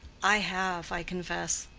i have, i confess.